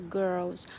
girls